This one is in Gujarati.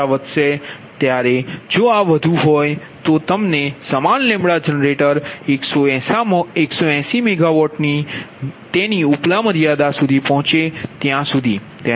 76 જ્યારે આ વધુ હોય ત્યારે અને સમાન જનરેટર 180 મેગાવોટની તેની ઉપલા મર્યાદા સુધી પહોંચે ત્યાં સુધી